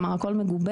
כלומר, הכל מגובה.